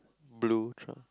blue tr~